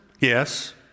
Yes